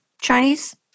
Chinese